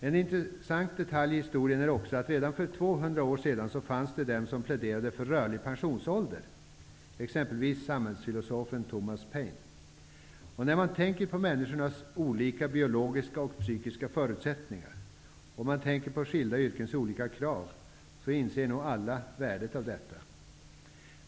En intressant detalj i historien är också att det redan för 200 år sedan fanns de som pläderade för rörlig pensionsålder, t.ex. samhällsfilosofen Thomas Paine. När man tänker på människors olika biologiska och psykiska förutsättningar, och olika krav i skilda yrken, inser nog alla värdet av detta.